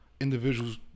individuals